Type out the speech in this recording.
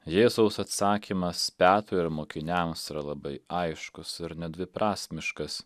jėzaus atsakymas petrui ir mokiniams yra labai aiškus ir nedviprasmiškas